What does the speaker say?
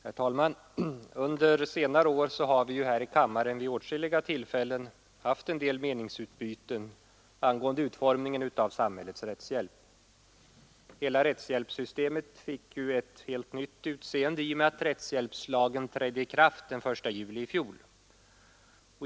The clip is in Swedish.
Herr talman! Under senare år har vi här i kammaren vid åtskilliga tillfällen haft en del meningsutbyten angående utformningen av samhällets rättshjälp. Hela rättshjälpssystemet fick ett helt nytt utseende i och med att rättshjälpslagen trädde i kraft den 1juli i fjol.